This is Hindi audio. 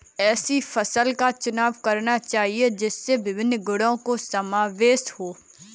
ऐसी फसल का चुनाव करना चाहिए जिसमें विभिन्न गुणों का समावेश हो